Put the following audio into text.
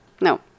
no